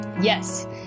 Yes